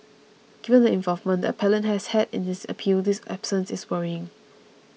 given the involvement the appellant has had in this appeal his absence is worrying